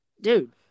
dude